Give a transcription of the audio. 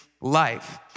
life